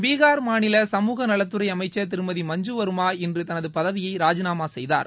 பீஹார் மாநில சமூகநலத்துறை அமைச்சர் திருமதி மஞ்சுவர்மா இன்று தனது பதவியை ராஜினாமா செய்தார்